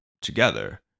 together